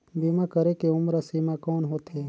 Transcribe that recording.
बीमा करे के उम्र सीमा कौन होथे?